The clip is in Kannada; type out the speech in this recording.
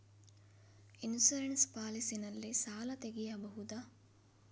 ಇನ್ಸೂರೆನ್ಸ್ ಪಾಲಿಸಿ ನಲ್ಲಿ ಸಾಲ ತೆಗೆಯಬಹುದ?